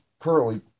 currently